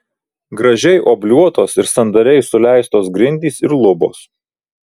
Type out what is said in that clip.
gražiai obliuotos ir sandariai suleistos grindys ir lubos